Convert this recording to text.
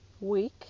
week